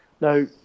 Now